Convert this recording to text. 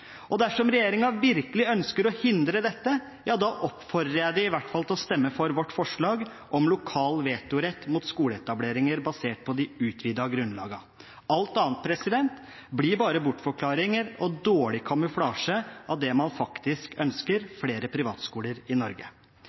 tape. Dersom regjeringen virkelig ønsker å hindre dette, oppfordrer jeg dem i hvert fall til å stemme for vårt forslag om lokal vetorett mot skoleetableringer basert på de utvidede grunnlagene. Alt annet blir bare bortforklaringer og dårlig kamuflasje av det man faktisk ønsker: flere privatskoler i Norge.